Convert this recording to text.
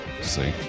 see